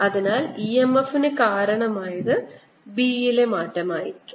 അതിനാൽ EMF ന് കാരണമായത് B യിലെ മാറ്റം ആയിരിക്കാം